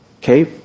Okay